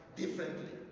differently